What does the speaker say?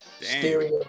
stereo